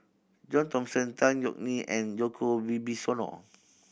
John Thomson Tan Yeok Nee and Djoko Wibisono